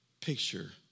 picture